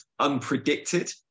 unpredicted